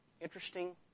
Interesting